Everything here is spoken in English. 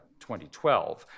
2012